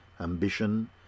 ambition